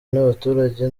n’abaturage